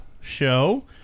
show